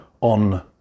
on